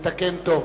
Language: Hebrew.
מתקן טוב.